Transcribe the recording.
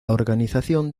organización